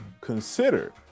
consider